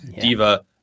diva